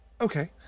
Okay